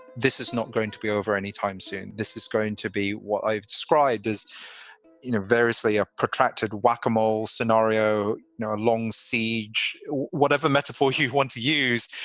this is not going to be over anytime soon. this is going to be what i've described as you know variously a protracted whack-a-mole scenario, now a long siege. whatever metaphor you want to use,